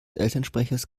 elternsprechers